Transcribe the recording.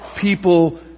people